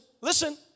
listen